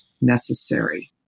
necessary